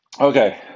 Okay